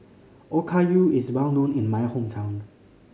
okayu is well known in my hometown